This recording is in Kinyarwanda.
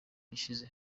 gishize